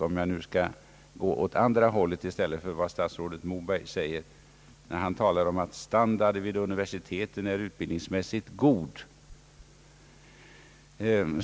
Jag vill klart deklarera att jag inte alls kan dela den uppfattning som statsrådet Moberg för fram när han talar om att standarden vid universiteten är utbildningsmässigt god.